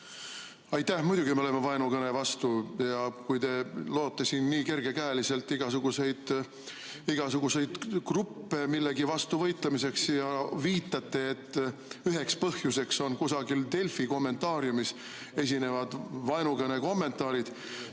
Aitäh! Muidugi me oleme vaenukõne vastu ja kui te loote siin nii kergekäeliselt igasuguseid gruppe millegi vastu võitlemiseks ja viitate, et üheks põhjuseks on kusagil Delfi kommentaariumis olevad vaenukõne kommentaarid,